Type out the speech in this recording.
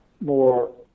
more